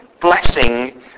blessing